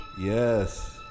Yes